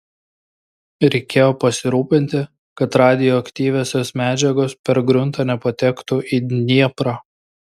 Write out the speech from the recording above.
reikėjo pasirūpinti kad radioaktyviosios medžiagos per gruntą nepatektų į dnieprą